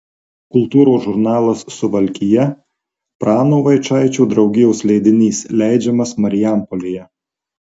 kultūros žurnalas suvalkija prano vaičaičio draugijos leidinys leidžiamas marijampolėje